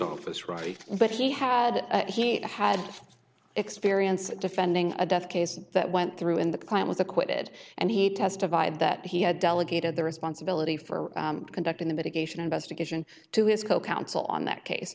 office right but he had he had experience defending a death case that went through in the client was acquitted and he testified that he had delegated the responsibility for conducting the medication investigation to his co counsel on that case